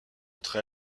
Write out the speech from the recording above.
entre